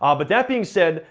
ah but that being said,